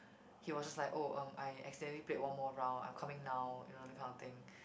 he was like oh um I accidentally played one more round I'm coming now you know that kind of thing